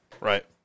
Right